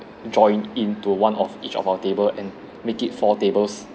join in to one of each of our table and make it four tables